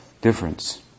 difference